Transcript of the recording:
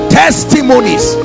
testimonies